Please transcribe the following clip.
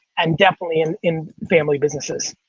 and definitely and in family businesses.